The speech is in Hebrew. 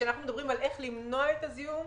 וכשאנחנו מדברים על איך למנוע את הזיהום,